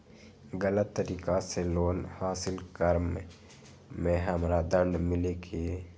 गलत तरीका से लोन हासिल कर्म मे हमरा दंड मिली कि?